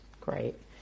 Great